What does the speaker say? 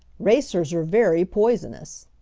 racers are very poisonous!